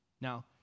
Now